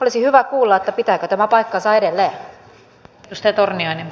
olisi hyvä kuulla pitääkö tämä paikkansa edelleen